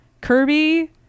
Kirby